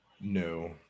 no